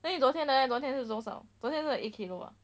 then 你昨天的 leh 昨天是多少昨天真的一 kilo ah